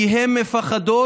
כי הן מפחדות,